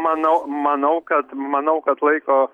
manau manau kad manau kad laiko